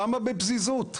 למה בפזיזות?